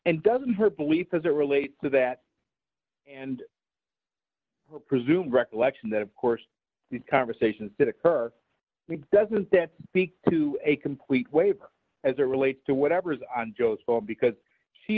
and doesn't her belief as it relates to that and her presumed recollection that of course the conversation that occurred doesn't that speak to a complete waiver as it relates to whatever is on joe's phone because s